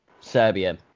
serbia